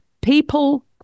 people